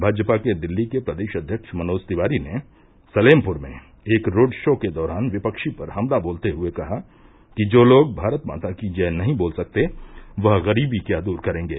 भाजपा के दिल्ली के प्रदेश अध्यक्ष मनोज तिवारी ने सलेमपुर में एक रोड शो के दौरान विपक्षी पर हमला बोलते हये कहा कि जो लोग भारत माता की जय नही बोल सकते वह गरीबी क्या दूर करेंगे